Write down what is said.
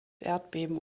erdbeben